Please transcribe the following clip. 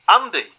Andy